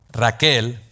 Raquel